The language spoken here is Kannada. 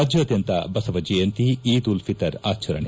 ರಾಜ್ಯಾದ್ಯಂತ ಬಸವ ಜಯಂತಿ ಈದ್ ಉಲ್ ಫಿತರ್ ಆಚರಣೆ